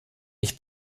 ich